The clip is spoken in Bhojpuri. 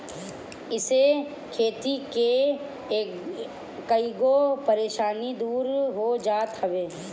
इसे खेती के कईगो परेशानी दूर हो जात हवे